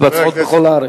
שמתבצעות בכל הארץ.